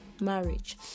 marriage